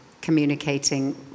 communicating